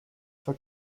for